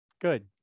Good